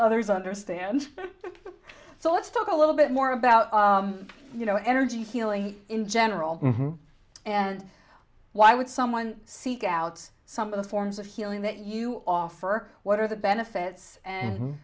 others understand so let's talk a little bit more about you know energy healing in general and why would someone seek out some of the forms of healing that you offer what are the benefits and